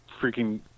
freaking